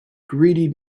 greedy